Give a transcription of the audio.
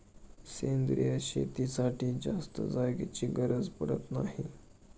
सेंद्रिय शेतीसाठी जास्त जागेची गरज पडत नाही